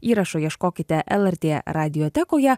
įrašo ieškokite lrt radiotekoje